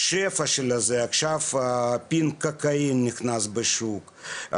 שפע של זה, עכשיו פינקקאין נכנס לשוק,